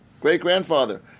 great-grandfather